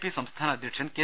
P സംസ്ഥാന അദ്ധ്യക്ഷൻ K